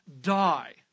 die